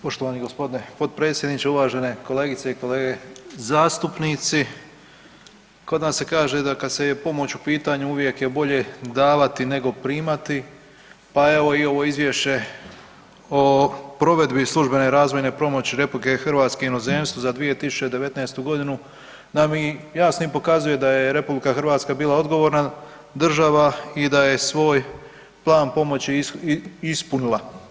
Poštovani gospodine potpredsjedniče, uvažene kolegice i kolege zastupnici kod nas se kaže da se je pomoć u pitanju uvijek je bolje davati nego primati, pa evo i ovo Izvješće o provedbi službene razvojne pomoći RH inozemstvu za 2019. godinu da mi jasno i pokazuje da je RH bila odgovorna država i da je svoj plan pomoći ispunila.